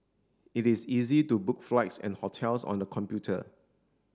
it is easy to book flights and hotels on the computer